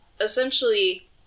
essentially